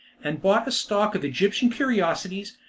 and bought a stock of egyptian curiosities,